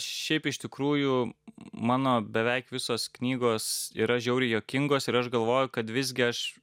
šiaip iš tikrųjų mano beveik visos knygos yra žiauriai juokingos ir aš galvoju kad visgi aš